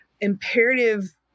imperative